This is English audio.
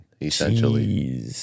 essentially